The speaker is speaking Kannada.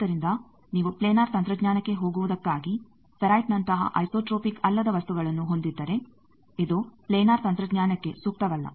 ಆದ್ದರಿಂದ ನೀವು ಪ್ಲಾನರ್ ತಂತ್ರಜ್ಞಾನಕ್ಕೆ ಹೋಗುವುದಕ್ಕಾಗಿ ಫೆರೈಟ್ನಂತಹ ಐಸೋಟ್ರೋಪಿಕ್ ಅಲ್ಲದ ವಸ್ತುಗಳನ್ನು ಹೊಂದಿದ್ದರೆ ಇದು ಪ್ಲಾನರ್ ತಂತ್ರಜ್ಞಾನಕ್ಕೆ ಸೂಕ್ತವಲ್ಲ